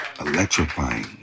electrifying